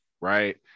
right